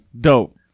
dope